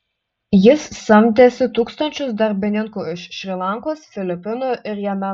jis samdėsi tūkstančius darbininkų iš šri lankos filipinų ir jemeno